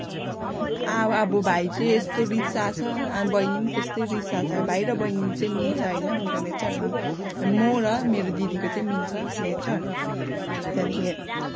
अब भाइ चाहिँ यस्तो रिसाहा छ बहिनी पनि त्यस्तै रिसाहा छ भाइ र बहिनी चाहिँ मिल्छ होइन उनीहरूको नेचर म र मेरो दिदीको चाहिँ मिल्छ नेचर त्यहाँदेखि